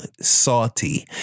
salty